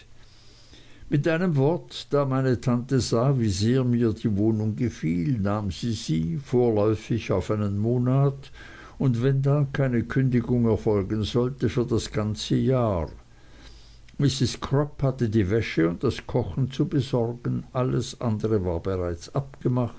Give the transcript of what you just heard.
mit einem wort da meine tante sah wie sehr mir die wohnung gefiel nahm sie sie vorläufig auf einen monat und wenn dann keine kündigung erfolgen sollte für das ganze jahr mrs crupp hatte die wäsche und das kochen zu besorgen alles andere war bereits abgemacht